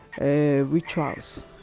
rituals